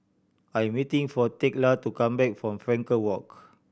I am waiting for Thekla to come back from Frankel Walk